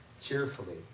cheerfully